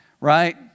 right